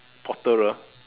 potterer